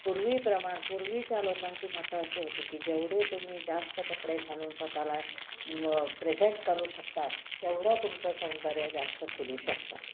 पूर्वी प्रमाणे पूर्वीच्या लोकांची मतं अशी होती की जेवढे तुम्ही जास्त कपडे घालून स्वतःला मग प्रेझेंट करू शकतात तेवढं तुमचं सौंदर्य जास्त खुलू शकतं